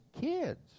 kids